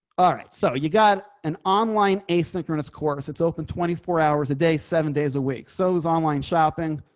ah right, so you got an online asynchronous course it's open twenty four hours a day, seven days a week. so is online shopping.